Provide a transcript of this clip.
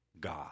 God